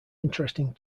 interesting